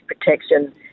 protection